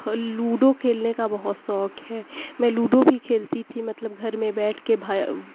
ludo کھیلنے کا بہت شوق ہے میں لوڈو بھی کھیلتی تھی مطلب گھر میں بیٹھ کے بھائی